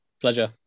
Pleasure